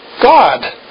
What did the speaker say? God